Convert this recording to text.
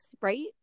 right